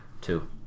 Two